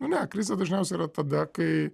nu ne krizė dažniausiai yra tada kai